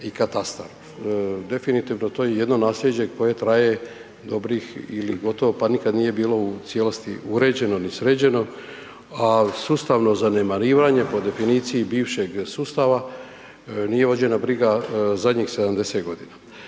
i katastar. Definitivno, to je jedno nasljeđe koje traje dobrih ili gotovo pa nikad nije bilo u cijelosti uređeno ni sređeno, ali sustavno zanemarivanje po definiciji bivšeg sustava, nije vođena briga zadnjih 70 godina.